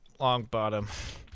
longbottom